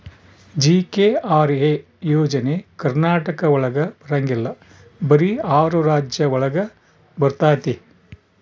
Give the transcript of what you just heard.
GKRA ಯೋಜನೆ ಕರ್ನಾಟಕ ಒಳಗ ಬರಂಗಿಲ್ಲ ಬರೀ ಆರು ರಾಜ್ಯ ಒಳಗ ಬರ್ತಾತಿ